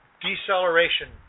deceleration